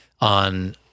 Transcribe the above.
on